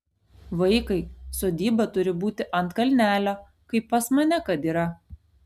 vaikai sodyba turi būti ant kalnelio kaip pas mane kad yra